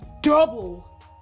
double